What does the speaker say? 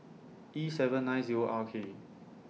E seven nine Zero R K